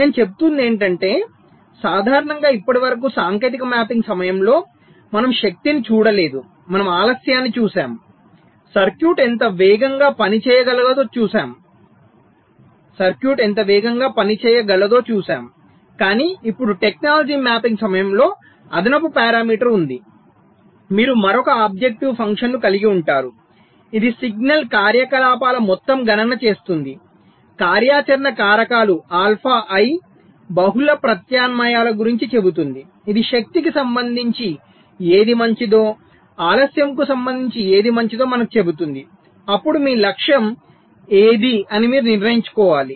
నేను చెబుతున్నది ఏమిటంటే సాధారణంగా ఇప్పటివరకు సాంకేతిక మ్యాపింగ్ సమయంలో మనము శక్తిని చూడలేదు మనము ఆలస్యాన్ని చూశాము సర్క్యూట్ ఎంత వేగంగా పని చేయగలదో చూసాము కానీ ఇప్పుడు టెక్నాలజీ మ్యాపింగ్ సమయంలో అదనపు పారామీటర్ ఉంది మీరు మరొక ఆబ్జెక్టివ్ ఫంక్షన్ను కలిగి ఉంటారు ఇది సిగ్నల్ కార్యకలాపాల మొత్తం గణన చేస్తుంది కార్యాచరణ కారకాలు ఆల్ఫా ఐ బహుళ ప్రత్యామ్నాయాల గురుంచి చెప్తుంది ఇది శక్తికి సంబంధించి ఏది మంచిదో ఆలస్యంకు సంబంధించి ఏది మంచిదో మనకు చెప్తుంది అప్పుడు మీ లక్ష్యం ఏది అని మీరు నిర్ణయించుకోవాలి